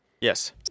Yes